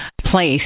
place